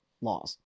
laws